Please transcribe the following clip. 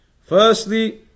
Firstly